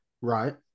right